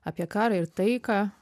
apie karą ir taiką